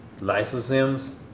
lysosomes